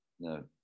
no